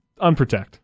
unprotect